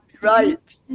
right